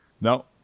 No